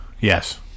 yes